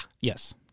Yes